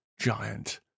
giant